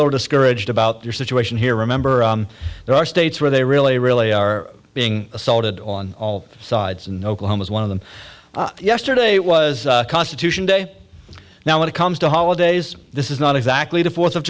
no discouraged about their situation here remember there are states where they really really are being assaulted on all sides and oklahoma's one of them yesterday was constitution day now when it comes to holidays this is not exactly the fourth of